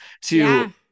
to-